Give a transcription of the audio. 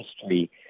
history